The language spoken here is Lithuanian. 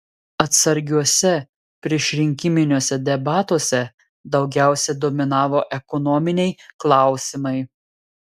atsargiuose priešrinkiminiuose debatuose daugiausia dominavo ekonominiai klausimai